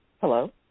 Hello